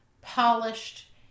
polished